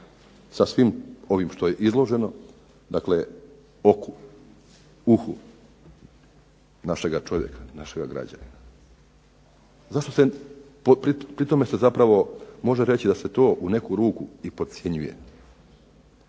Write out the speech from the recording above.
sa svim ovim što je izloženo, dakle oku, uhu našega čovjeka, našega građanina. Zašto se, pri tome se zapravo može reći da se to u neku ruku i podcjenjuje.